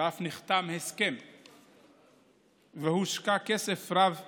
ואף נחתם הסכם והושקע כסף רב בתכנון,